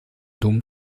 dom